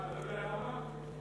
מה, אתה לא יודע למה?